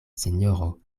sinjoro